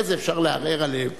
אחרי זה אפשר לערער עליהן.